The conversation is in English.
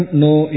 no